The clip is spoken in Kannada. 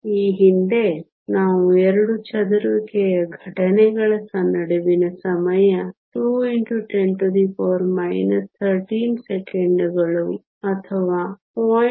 ಈ ಹಿಂದೆ ನಾವು ಎರಡು ಚದುರುವಿಕೆ ಘಟನೆಗಳ ನಡುವಿನ ಸಮಯ 2 x 10 13 ಸೆಕೆಂಡುಗಳು ಅಥವಾ 0